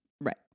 Right